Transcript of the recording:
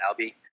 Albie